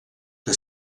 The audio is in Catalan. que